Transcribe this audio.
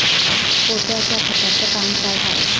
Potash या खताचं काम का हाय?